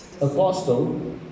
Apostle